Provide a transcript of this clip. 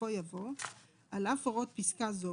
בסופו יבוא "על אף הוראות פסקה זו,